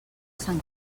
sant